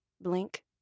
blink